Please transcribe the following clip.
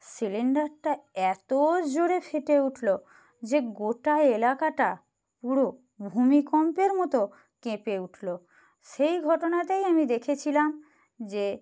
সিলিন্ডারটা এতো জোরে ফেটে উঠলো যে গোটা এলাকাটা পুরো ভূমিকম্পের মতো কেঁপে উঠলো সেই ঘটনাতেই আমি দেখেছিলাম যে